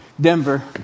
Denver